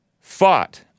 fought